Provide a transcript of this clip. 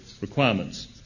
requirements